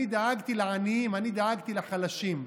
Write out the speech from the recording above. אני דאגתי לעניים, אני דאגתי לחלשים.